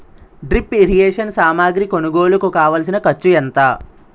drip irrigation సామాగ్రి కొనుగోలుకు కావాల్సిన ఖర్చు ఎంత